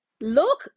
look